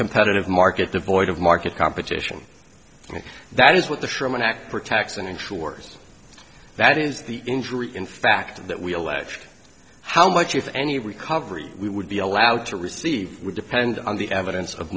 competitive market devoid of market competition and that is what the sherman act protects and ensures that is the injury in fact that we alleged how much if any recovery we would be allowed to receive would depend on the evidence of